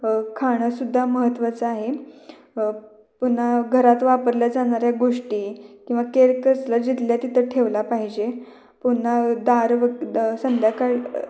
खाणंसुद्धा महत्त्वाचं आहे पुन्हा घरात वापरल्या जाणाऱ्या गोष्टी किंवा केरकचरा जिथल्या तिथं ठेवला पाहिजे पुन्हा दार व संध्याकाळी